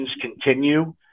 continue